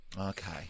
Okay